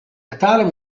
أتعلم